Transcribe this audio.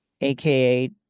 aka